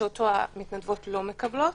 שאותו המתנדבות לא מקבלות.